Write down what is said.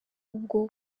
ubwo